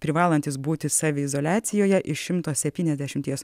privalantys būti saviizoliacijoje iš šimto septyniasdešimties